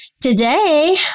Today